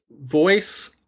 voice